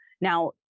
Now